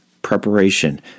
preparation